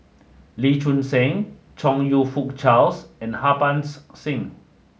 Lee Choon Seng Chong You Fook Charles and Harbans Singh